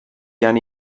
gen